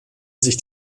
sich